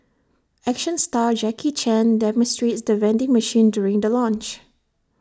action star Jackie chan demonstrates the vending machine during the launch